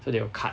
so they will cut